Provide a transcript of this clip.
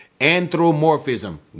anthropomorphism